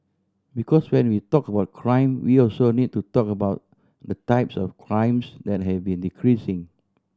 because when we talk about crime we also need to talk about the types of crimes that have been decreasing